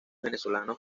venezolanos